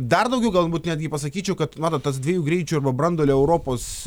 dar daugiau galbūt netgi pasakyčiau kad matot tas dviejų greičių arba branduolio europos